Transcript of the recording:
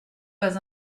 pas